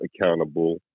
accountable